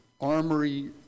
armory